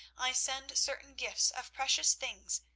i send certain gifts of precious things,